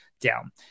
down